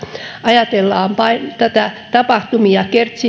ajatellaanpa näitä tapahtumia